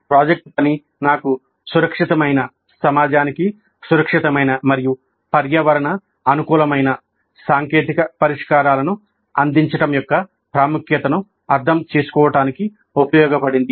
project పని నాకు సురక్షితమైన మరియు పర్యావరణ అనుకూలమైన సాంకేతిక పరిష్కారాలను అందించడం యొక్క ప్రాముఖ్యతను అర్థం చేసుకోవటానికి ఉపయోగపడింది